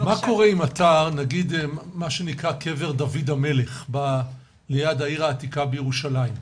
מה קורה עם אתר כמו קבר דוד המלך ליד העיר העתיקה בירושלים?